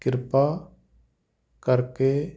ਕ੍ਰਿਪਾ ਕਰਕੇ